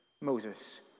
Moses